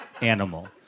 animal